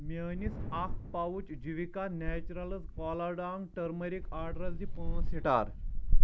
میٲنِس اکھ پاوچ Jivika naturals Lakadong turmeric orders دِ پانٛژھ سٹار